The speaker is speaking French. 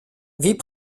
vit